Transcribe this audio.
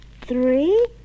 three